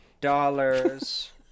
dollars